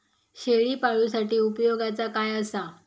शेळीपाळूसाठी उपयोगाचा काय असा?